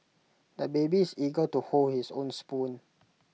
the baby is eager to hold his own spoon